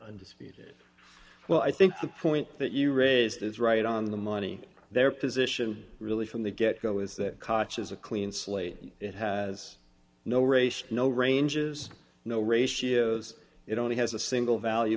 undisputed well i think the point that you raised is right on the money their position really from the get go is that cotch is a clean slate it has no racial no ranges no ratios it only has a single value